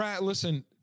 Listen